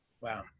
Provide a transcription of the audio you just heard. Wow